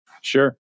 Sure